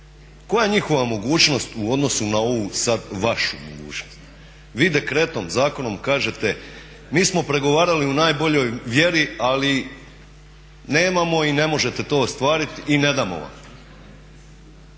Koja je njihova mogućnost u odnosu na ovu sad vašu mogućnost? Vi dekretom, zakonom kažete mi smo pregovarali u najboljoj vjeri ali nemamo i ne možete to ostvariti i ne damo vam.